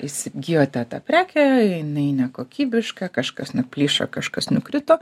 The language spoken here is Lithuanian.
įsigijote tą prekę jinai nekokybiška kažkas na plyšo kažkas nukrito